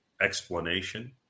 explanation